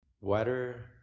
Water